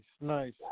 nice